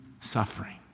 suffering